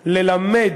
ללמד